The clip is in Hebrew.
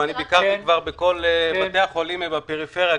וביקרתי כבר בכל בתי החולים ובפריפריה,